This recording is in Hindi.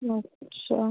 अच्छा